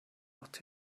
what